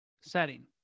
Setting